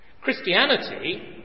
Christianity